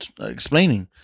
explaining